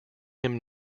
him